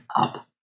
up